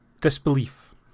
Disbelief